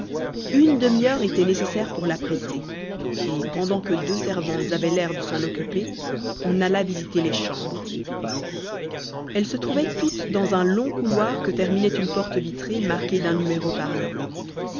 une demi-heure était nécessaire pour l'apprêter et pendant que deux servantes avaient l'air de s'en occuper on alla visiter les chambres elles se trouvaient toutes dans un long couloir que terminait une porte vitrée marquée d'un numéro parlant